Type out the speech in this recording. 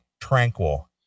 tranquil